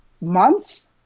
months